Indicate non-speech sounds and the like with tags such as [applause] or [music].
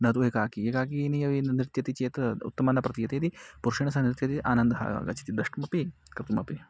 न तु एकाकि एकाकिनी यदि नृत्यति चेत् [unintelligible] उत्तमं न प्रतीयते यदि पुरुषेण सह नृत्यति आनन्दः आ आगच्छति द्रष्टुमपि कर्तुमपि